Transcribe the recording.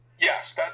Yes